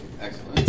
Excellent